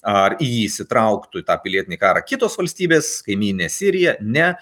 ar įsitrauktų į tą pilietinį karą kitos valstybės kaimynė sirija ne